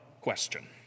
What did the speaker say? question